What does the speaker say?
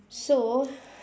so